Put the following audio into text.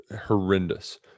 horrendous